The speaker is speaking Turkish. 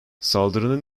saldırının